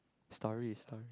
stories stories